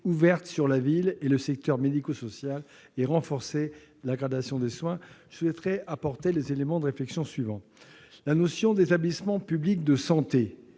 ouverte sur la ville et le secteur médico-social, et renforcer la gradation des soins ». Je souhaiterais apporter les éléments de réflexion suivants. La notion d'établissement public de santé